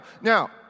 Now